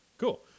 Cool